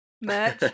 Merch